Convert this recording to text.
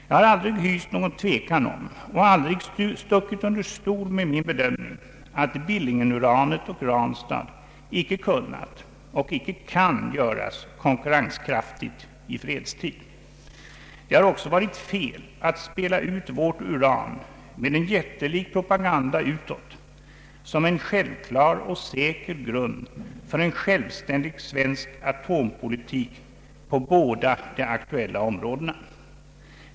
Jag har aldrig hyst någon tvekan om och aldrig stuckit under stol med min bedömning att Billingenuranet och Ranstad icke kunnat och icke kan göras konkurrenskraftigt i fredstid. Det har också varit fel att spela ut vårt uran med en jättelik propaganda utåt som en självklar och säker grund för en självständig svensk atompolitik på båda de aktuella områdena.